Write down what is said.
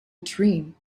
dream